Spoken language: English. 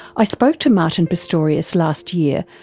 i spoke to martin pistorius last year,